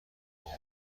اقا